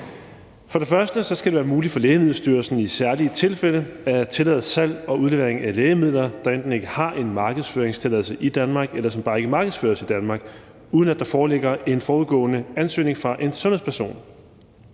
For det første skal det være muligt for Lægemiddelstyrelsen i særlige tilfælde at tillade salg og udlevering af lægemidler, der enten ikke har en markedsføringstilladelse i Danmark, eller som bare ikke markedsføres i Danmark, uden at der foreligger en forudgående ansøgning fra en sundhedsperson.